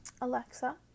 Alexa